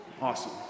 Awesome